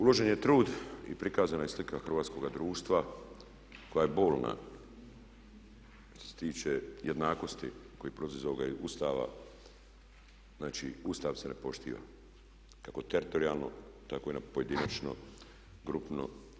Uložen je trud i prikazana je slika hrvatskoga društva koja je bolna što se tiče jednakosti koja proizlazi iz ovoga Ustava, znači Ustav se ne poštiva kako teritorijalno, tako i na pojedinačno, grupno.